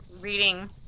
reading